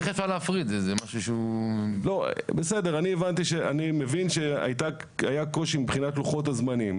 אני מבין שהיה קושי מבחינת לוחות הזמנים.